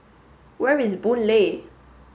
where is Boon Lay